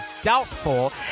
Doubtful